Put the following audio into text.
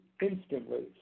instantly